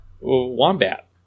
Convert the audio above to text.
Wombat